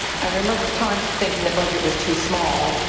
i remember the time thinking the budget was too small.